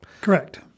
Correct